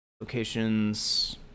locations